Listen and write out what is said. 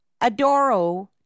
Adoro